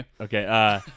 Okay